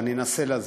ואני אנסה להסביר.